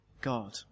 God